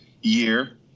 year